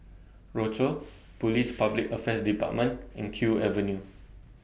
Rochor Police Public Affairs department and Kew Avenue